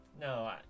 No